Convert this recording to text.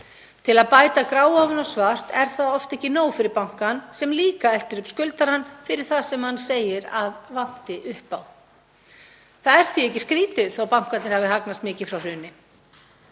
Til að bæta gráu ofan á svart er það oft ekki nóg fyrir bankann sem líka eltir uppi skuldarann fyrir það sem hann segir að vanti upp á. Það er því ekki skrýtið að bankarnir hafi hagnast mikið frá hruni.